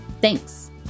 Thanks